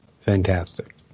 fantastic